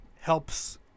helps